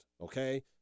okay